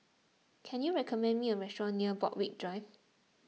can you recommend me a restaurant near Borthwick Drive